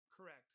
Correct